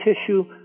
tissue